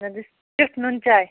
ٹٮ۪ٹھ نُنہٕ چاے